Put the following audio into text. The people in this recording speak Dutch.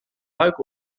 luik